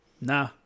Nah